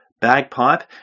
bagpipe